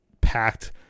packed